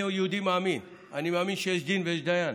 אני יהודי מאמין, אני מאמין שיש דין ויש דיין,